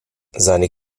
seine